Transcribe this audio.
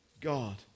God